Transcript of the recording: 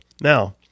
Now